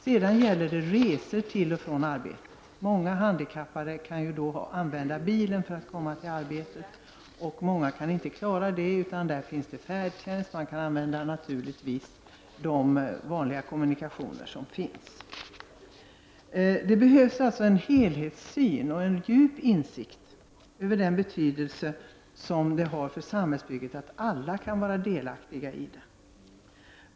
I fråga om resor kan många handikappade använda bilen för att komma till och från arbetet. Många kan inte klara det utan får anlita färdtjänst — eller naturligtvis de vanliga kommunikationer som finns. Det behövs alltså en helhetssyn och en djup insikt om den betydelse som det har för samhällsbygget att alla kan vara delaktiga i det.